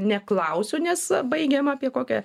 neklausiu nes baigėm apie kokią